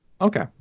Okay